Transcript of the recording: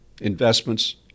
investments